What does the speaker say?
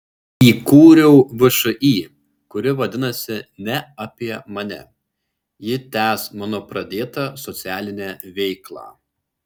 įkūriau všį kuri vadinasi ne apie mane ji tęs mano pradėtą socialinę veiklą